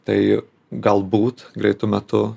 tai galbūt greitu metu